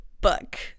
book